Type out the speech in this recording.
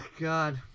God